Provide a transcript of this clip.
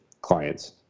clients